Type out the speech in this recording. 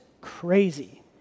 crazy